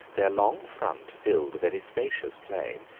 their long front filled a very spacious plain,